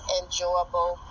enjoyable